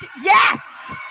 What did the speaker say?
Yes